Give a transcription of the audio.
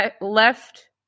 left